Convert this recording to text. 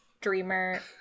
dreamer